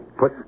put